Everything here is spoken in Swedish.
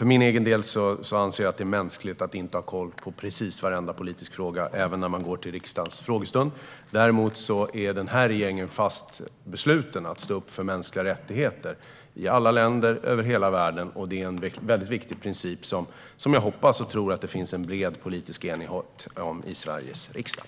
Jag anser att det är mänskligt att inte ha koll på precis varenda politisk fråga, även när man går till riksdagens frågestund. Regeringen är dock fast besluten att stå upp för mänskliga rättigheter i alla länder över hela världen. Det är en viktig princip som jag hoppas och tror att det finns en bred politisk enighet om i Sveriges riksdag.